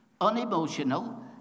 unemotional